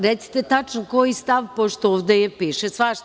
Recite tačno koji stav, pošto ovde piše svašta.